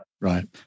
right